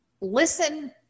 listen